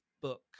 book